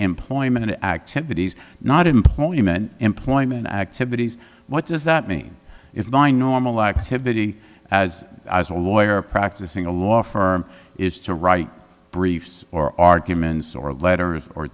employment activities not employment employment activities what does that mean if my normal activity as a lawyer practicing a law firm is to write briefs or arguments or letter o